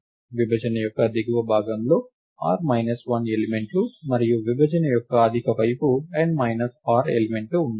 విభజన యొక్క దిగువ భాగంలో r 1 ఎలిమెంట్లు మరియు విభజన యొక్క అధిక వైపు n r ఎలిమెంట్లు ఉన్నాయి